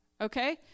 Okay